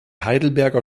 heidelberger